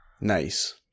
Nice